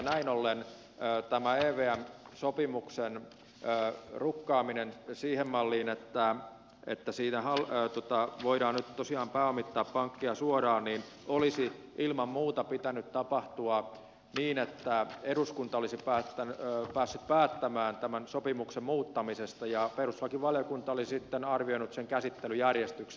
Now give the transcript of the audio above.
näin ollen tämän evm sopimuksen rukkaamisen siihen malliin että siinä voidaan nyt tosiaan pääomittaa pankkeja suoraan olisi ilman muuta pitänyt tapahtua niin että eduskunta olisi päässyt päättämään tämän sopimuksen muuttamisesta ja perustuslakivaliokunta olisi sitten arvioinut sen käsittelyjärjestyksen